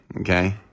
okay